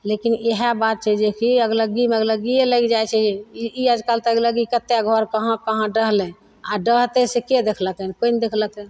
लेकिन इएह बात छै जे कि अगलग्गीमे अगलग्गिये लागि जाइ छै ई आजकल तऽ अगलग्गी कते घर कहाँ कहाँ डहलय आओर डहतय सेके देखलकय कोइ नहि देखलकय